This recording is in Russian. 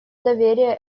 доверие